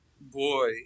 boy